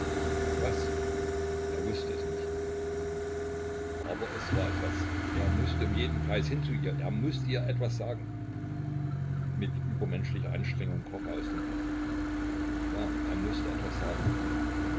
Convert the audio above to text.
was er wußte es nicht aber es war etwas er mußte um jeden preis hin zu ihr er mußte ihr etwas sagen mit übermenschlicher anstrengung kroch er aus dem bett ja er mußte etwas sagen